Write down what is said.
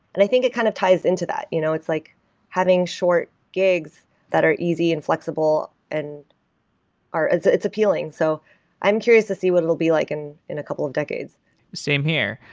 and i think it kind of ties into that. you know it's like having short gigs that are easy and flexible and are it's it's appealing. so i'm curious to see what it will be like in in a couple of decades same here.